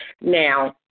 Now